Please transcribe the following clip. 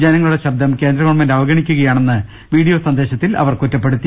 ജനങ്ങളുടെ ശബ്ദം കേന്ദ്രഗവൺമെന്റ് അവഗ ണിക്കുകയാണെന്ന് വീഡിയോ സന്ദേശത്തിൽ അവർ കുറ്റപ്പെടുത്തി